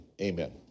Amen